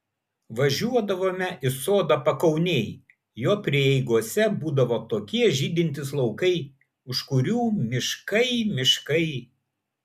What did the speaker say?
važiuodavome į sodą pakaunėj jo prieigose būdavo tokie žydintys laukai už kurių miškai miškai